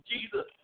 Jesus